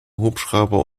hubschrauber